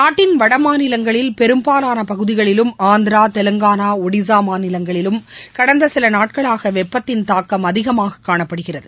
நாட்டின் வடமாநிலங்களில் பெரும்பாலான பகுதிகளிலும் ஆந்திரா தெலங்கானா ஒடிஸா மாநிலங்களிலும் கடந்த சில நாட்களாக வெப்பததின் தாக்கம் அதிகமாக காணப்படுகிறது